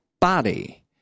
body